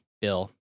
bill